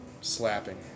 slapping